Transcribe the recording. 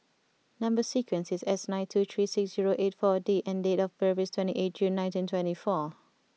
number sequence is S nine two three six zero eight four D and date of birth is twenty eight June nineteen twenty four